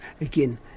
again